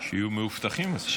שיהיו מאובטחים מספיק.